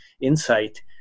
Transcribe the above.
insight